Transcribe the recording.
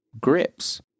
grips